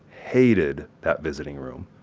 hated that visiting room.